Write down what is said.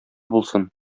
булсын